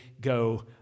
go